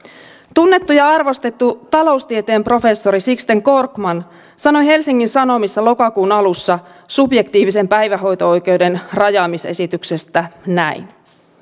tunnettu ja arvostettu taloustieteen professori sixten korkman sanoi helsingin sanomissa lokakuun alussa subjektiivisen päivähoito oikeuden rajaamisesityksestä näin